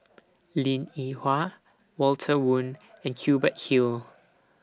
Linn in Hua Walter Woon and Hubert Hill